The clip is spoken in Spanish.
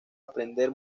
aprender